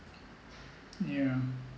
yeah